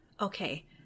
okay